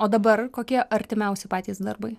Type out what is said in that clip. o dabar kokie artimiausi patys darbai